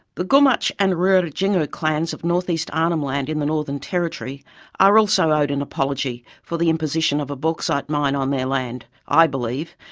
the gumatj and rirratjingu clans of northeast arnhem land in the northern territory are also owed an apology for the imposition of a bauxite mine on their land, i believe,